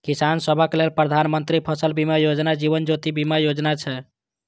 किसान सभक लेल प्रधानमंत्री फसल बीमा योजना, जीवन ज्योति बीमा योजना छै